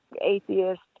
atheist